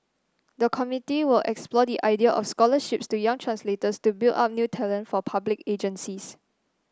the committee will explore the idea of scholarships to young translators to build up new talent for public agencies